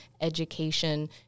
education